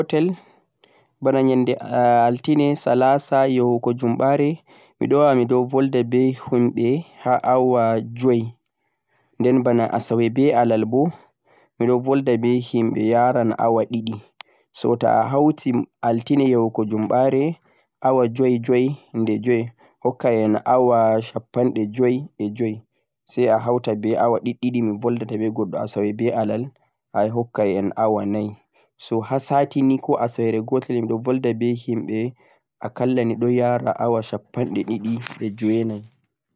ha asawere gotel nii bana nyande altine, salasa yahugo jumɓare miɗon wawa wulwugo behemɓe bana awa joi. Asawe be alal boo don yara bana awa ɗiɗi. Toh ta'a hauti Altine yahugo jumɓare hokkete awa shappanɗe joi e joi sai a hauta ɓe awa ɗiɗi je asawe be alai hokkete awa nai. so ha sati nii koh asawere go'o meɗon wulwa be hemɓe akalla nii don yara awa sappanɗe ɗiɗi e jenai.